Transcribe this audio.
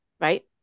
right